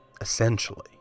essentially